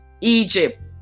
egypt